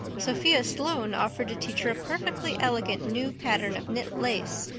sophia sloane offered to teach her a perfectly elegant new pattern of knit lace,